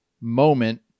moment